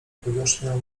powierzchnią